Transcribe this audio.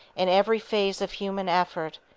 in every phase of human effort,